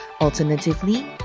Alternatively